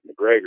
McGregor